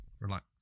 relax